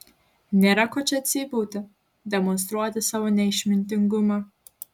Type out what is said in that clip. nėra ko čia cypauti demonstruoti savo neišmintingumą